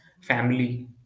family